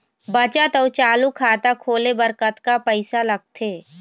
बचत अऊ चालू खाता खोले बर कतका पैसा लगथे?